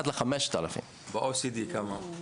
1:5,000. ב-OECD, כמה?